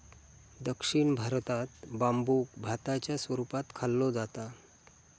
दक्षिण भारतात बांबुक भाताच्या स्वरूपात खाल्लो जाता